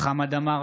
חמד עמאר,